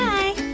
Bye